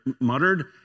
muttered